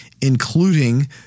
including